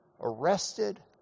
arrested